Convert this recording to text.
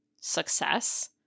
success